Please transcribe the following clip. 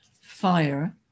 fire